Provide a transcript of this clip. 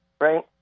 right